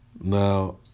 Now